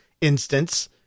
instance